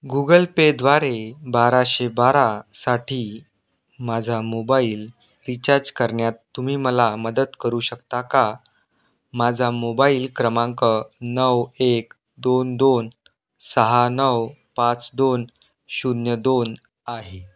Google पेद्वारे बाराशे बारासाठी माझा मोबाईल रिचार्ज करण्यात तुम्ही मला मदत करू शकता का माझा मोबाईल क्रमांक नऊ एक दोन दोन सहा नऊ पाच दोन शून्य दोन आहे